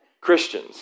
Christians